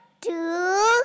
two